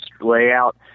layout